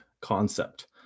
concept